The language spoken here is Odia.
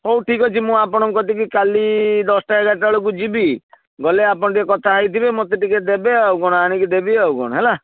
ହଉ ଠିକ୍ ଅଛି ମୁଁ ଆପଣଙ୍କ କତିକି କାଲି ଦଶଟା ଏଗାରଟା ବେଳକୁ ଯିବି ଗଲେ ଆପଣ ଟିକେ କଥା ହେଇଥିବେ ମୋତେ ଟିକେ ଦେବେ ଆଉ କ'ଣ ଆଣିକି ଦେବି ଆଉ କ'ଣ ହେଲା